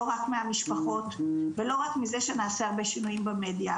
לא רק מהמשפחות ולא רק מזה שנעשה הרבה שינויים במדיה,